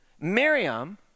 Miriam